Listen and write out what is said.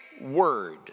word